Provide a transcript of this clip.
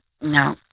No